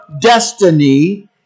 destiny